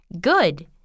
Good